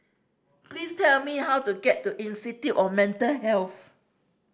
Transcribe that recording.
please tell me how to get to Institute of Mental Health